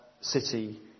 city